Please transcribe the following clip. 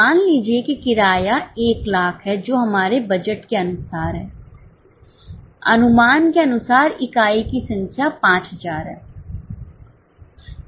मान लीजिए कि किराया 100000 है जो हमारे बजट के अनुसार है अनुमान के अनुसार इकाई की संख्या 5000 है